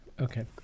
Okay